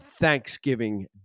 Thanksgiving